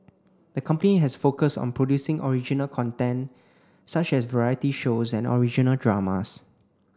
the company has focused on producing original content such as variety shows and original dramas